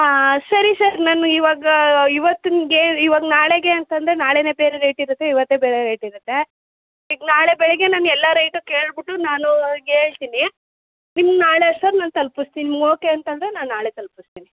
ಹಾಂ ಸರಿ ಸರ್ ನಾನು ಇವಾಗ ಇವತ್ತು ನಿಮಗೆ ಇವಾಗ ನಾಳೆಗೆ ಅಂತಂದರೆ ನಾಳೆಯೇ ಬೇರೆ ರೇಟ್ ಇರುತ್ತೆ ಇವತ್ತೇ ಬೇರೆ ರೇಟ್ ಇರುತ್ತೆ ಈಗ ನಾಳೆ ಬೆಳಗ್ಗೆ ನಾನು ಎಲ್ಲ ರೇಟೂ ಕೇಳ್ಬಿಟ್ಟು ನಾನು ಹೇಳ್ತಿನಿ ನಿಮ್ಗೆ ನಾಳೆ ಅಷ್ಟ್ರಲ್ಲಿ ನಾನು ತಲ್ಪಸ್ತೀನಿ ಓಕೆ ಅಂತಂದರೆ ನಾನು ನಾಳೆ ತಲುಪಿಸ್ತೀನಿ